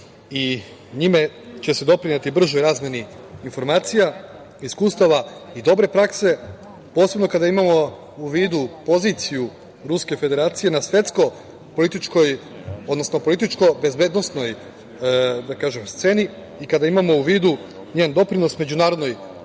Njime će se doprineti bržoj razmeni informacija, iskustava i dobre prakse, posebno kada imamo u vidu poziciju Ruske Federacije na političko-bezbednosnoj sceni i kada imamo u vidu njen doprinos međunarodnoj